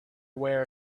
aware